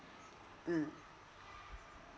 mm